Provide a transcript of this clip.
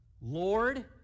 Lord